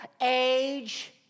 age